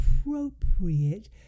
appropriate